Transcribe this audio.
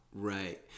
Right